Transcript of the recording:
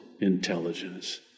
intelligence